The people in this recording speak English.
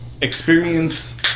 experience